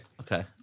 Okay